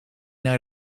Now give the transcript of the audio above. naar